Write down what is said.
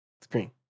Screen